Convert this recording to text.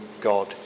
God